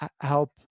help